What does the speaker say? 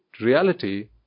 reality